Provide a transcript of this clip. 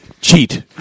Cheat